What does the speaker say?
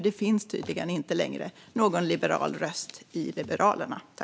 Det finns tydligen inte längre någon liberal röst hos Liberalerna.